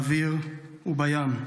באוויר ובים.